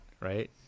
right